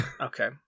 Okay